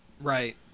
Right